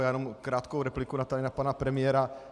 Jenom krátkou repliku na pana premiéra .